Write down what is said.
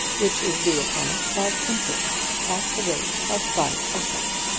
which is due upon it as interest at the rate of five per cent.